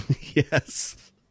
yes